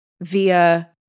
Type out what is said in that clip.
via